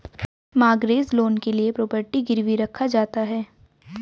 mortgage loan के लिए property गिरवी रखा जाता है